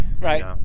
right